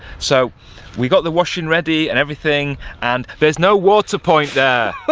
so we got the washing ready and everything and there's no water point there.